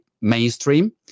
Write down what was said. mainstream